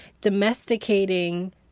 domesticating